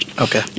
Okay